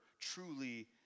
truly